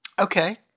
Okay